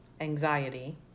anxiety